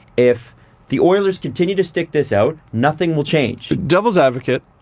if the oilers continue to stick this out, nothing will change. devil's advocate,